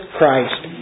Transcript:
Christ